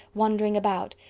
wandering about,